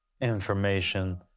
information